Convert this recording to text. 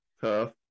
tough